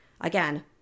again